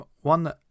one